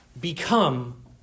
become